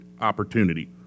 opportunity